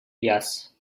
yes